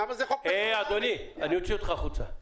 אדוני, אוציא אותך החוצה.